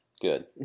good